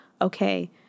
okay